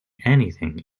anything